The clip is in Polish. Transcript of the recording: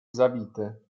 zabity